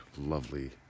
lovely